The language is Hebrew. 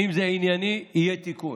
אם זה ענייני, יהיה תיקון,